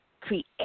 create